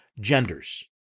genders